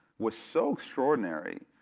was so extraordinary,